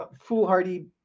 foolhardy